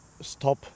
stop